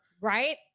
Right